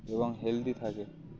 এবং হেলদি থাকে